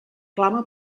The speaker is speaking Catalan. clama